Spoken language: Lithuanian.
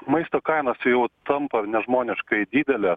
maisto kainos jau tampa nežmoniškai didelės